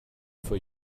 for